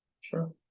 Sure